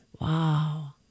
Wow